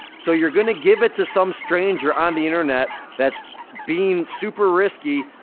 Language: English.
so you're gonna give it to some stranger on the internet that's being super risky,